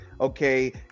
okay